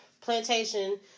plantation